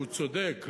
שהוא צודק,